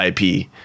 IP